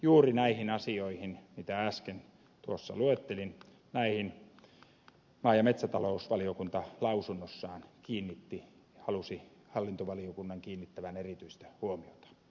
juuri näihin asioihin mitä äsken tuossa luettelin maa ja metsätalousvaliokunta lausunnossaan kiinnitti ja halusi hallintovaliokunnan kiinnittävän erityistä huomiota